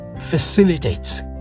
facilitates